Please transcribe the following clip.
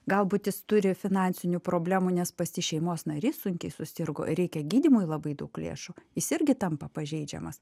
galbūt jis turi finansinių problemų nes pas jį šeimos narys sunkiai susirgo reikia gydymui labai daug lėšų jis irgi tampa pažeidžiamas